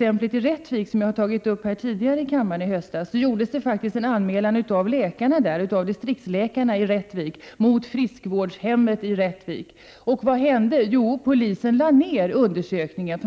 fallet i Rättvik, som jag tog upp i kammaren i höstas. Distriktsläkarna i Rättvik gjorde en anmälan mot friskvårdshemmet på orten. Vad hände? Jo, polisen lade ned undersökningen.